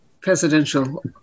presidential